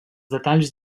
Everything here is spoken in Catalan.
detalls